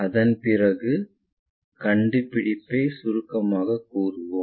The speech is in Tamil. அதன் பிறகு கண்டுபிடிப்பை சுருக்கமாகக் கூறுவோம்